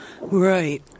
Right